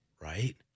Right